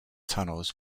tunnels